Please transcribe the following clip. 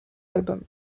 album